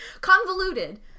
Convoluted